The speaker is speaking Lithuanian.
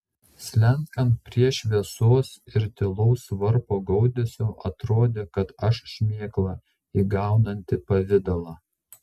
slenkant prie šviesos ir tylaus varpo gaudesio atrodė kad aš šmėkla įgaunanti pavidalą